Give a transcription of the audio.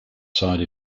side